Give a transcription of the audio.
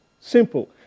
Simple